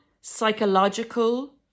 psychological